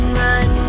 run